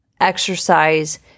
exercise